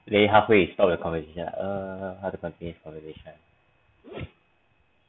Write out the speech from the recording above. play halfway you stop the conversation err how to continue this conversation